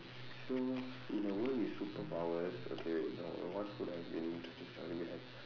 so in a world with superpowers okay wait no uh what food has an interesting story behind